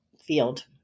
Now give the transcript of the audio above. field